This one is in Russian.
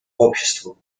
обществу